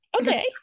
Okay